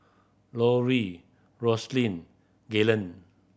Lauri Roselyn Galen